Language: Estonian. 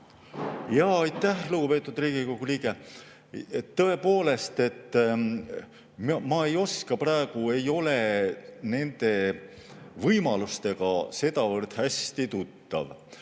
Aitäh, lugupeetud Riigikogu liige! Tõepoolest, ma ei oska praegu, ei ole nende võimalustega sedavõrd hästi tuttav.